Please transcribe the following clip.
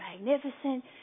magnificent